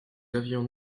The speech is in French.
avions